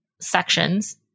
sections